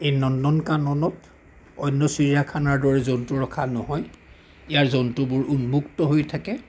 এই নন্দন কাননত অন্য় চিৰিয়াখানাৰ দৰে জন্তু ৰখা নহয় ইয়াৰ জন্তুবোৰ উন্মুক্ত হৈ থাকে